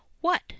What